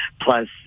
Plus